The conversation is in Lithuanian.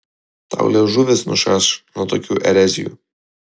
tau liežuvis nušaš nuo tokių erezijų